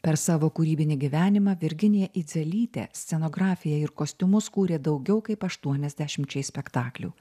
per savo kūrybinį gyvenimą virginija idzelytė scenografiją ir kostiumus kūrė daugiau kaip aštuoniasdešimčiai spektaklių